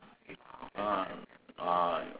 ah ah